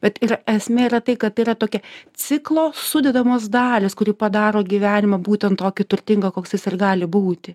bet esmė yra tai kad yra tokia ciklo sudedamos dalys kuri padaro gyvenimą būtent tokį turtingą koks jis ir gali būti